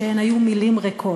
שהן היו מילים ריקות.